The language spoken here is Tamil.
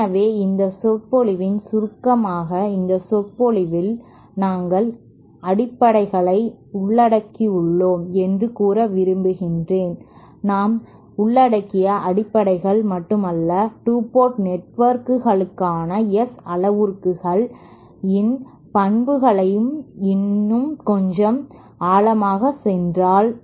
எனவே இந்த சொற்பொழிவின் சுருக்கமாக இந்த சொற்பொழிவில் நாங்கள் அடிப்படைகளை உள்ளடக்கியுள்ளோம் என்று கூற விரும்புகிறேன் நாம் உள்ளடக்கிய அடிப்படைகள் மட்டும் அல்ல 2 போர்ட் நெட்வொர்க்குகளுக்கான S அளவுருக்கள் இன் பண்புகளுக்கு இன்னும் கொஞ்சம் ஆழமாக சென்றன